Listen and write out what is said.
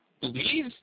believe